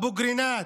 באבו קרינאת,